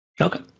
Okay